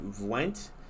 went